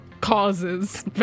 causes